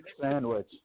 sandwich